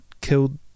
killed